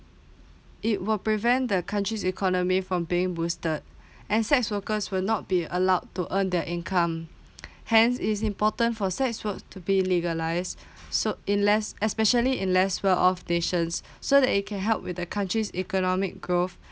it will prevent the country economy from being boosted and sex workers will not be allowed to earn that income hence is important for sex work to be legalised so in less especially in less well off stations so that it can help with the country economy growth